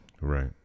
Right